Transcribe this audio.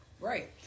Right